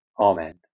Amen